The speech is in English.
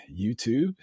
YouTube